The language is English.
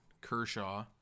Kershaw